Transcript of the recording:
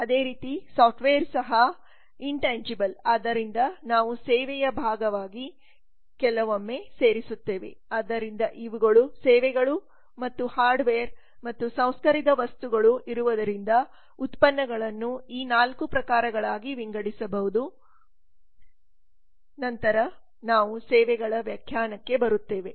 ಅದೇ ರೀತಿ ಸಾಫ್ಟ್ವೇರ್ ಸಹ ಅಮೂರ್ತ ಆದ್ದರಿಂದ ನಾವು ಸೇವೆಯ ಭಾಗವಾಗಿ ಕೆಲವೊಮ್ಮೆ1011 ಸೇರಿಸುತ್ತೇವೆ ಆದ್ದರಿಂದ ಇವುಗಳು ಸೇವೆಗಳು ಮತ್ತು ಹಾರ್ಡ್ವೇರ್ ಮತ್ತು ಸಂಸ್ಕರಿಸಿದ ವಸ್ತುಗಳು ಇರುವುದರಿಂದ ಉತ್ಪನ್ನಗಳನ್ನು ಈ 4 ಪ್ರಕಾರಗಳಾಗಿ ವಿಂಗಡಿಸಬಹುದು ನಂತರ ನಾವು ಸೇವೆಗಳ ವ್ಯಾಖ್ಯಾನಕ್ಕೆ ಬರುತ್ತೇವೆ